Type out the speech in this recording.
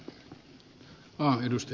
tähän ed